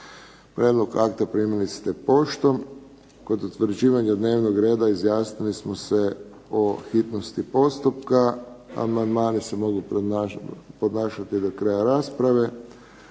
Prijedlog akta primili ste poštom. Kod utvrđivanja dnevnog reda izjasnili smo se o hitnosti postupka. Amandmani se mogu podnašati do kraja rasprave.